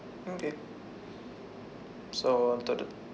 okay so on to the